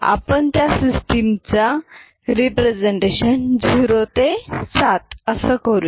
आपण त्या सिस्टिमचा रिप्रेसेंटेशन 0 ते 7 असा करूया